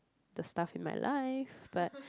the stuff in my life but